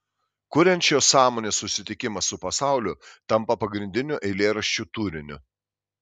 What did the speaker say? kuriančios sąmonės susitikimas su pasauliu tampa pagrindiniu eilėraščių turiniu